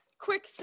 Quick